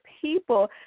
people